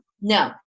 no